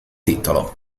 titolo